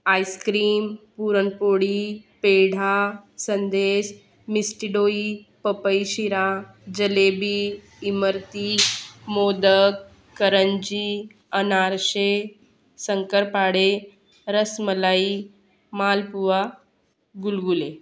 ice cream puran poli peda sandesh mishti doi पपई शिरा जिलेबी इमरती मोदक करंजी अनारसे शंकरपाळे रसमलाई मालपुवा गुलगुले